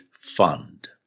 fund